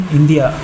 India